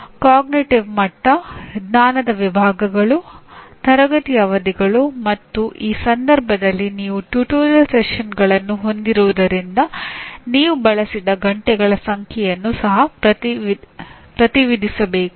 ಅರಿವಿನ ಮಟ್ಟ ಜ್ಞಾನದ ವಿಭಾಗಗಳು ತರಗತಿಯ ಅವಧಿಗಳು ಮತ್ತು ಈ ಸಂದರ್ಭದಲ್ಲಿ ನೀವು ಟ್ಯುಟೋರಿಯಲ್ ಸೆಷನ್ಗಳನ್ನು ಹೊಂದಿರುವುದರಿಂದ ನೀವು ಬಳಸಿದ ಗಂಟೆಗಳ ಸಂಖ್ಯೆಯನ್ನು ಸಹ ಪ್ರತಿನಿಧಿಸಬೇಕು